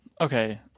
okay